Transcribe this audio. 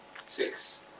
six